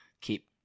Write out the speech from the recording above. keep